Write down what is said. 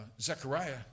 Zechariah